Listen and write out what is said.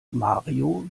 mario